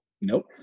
Nope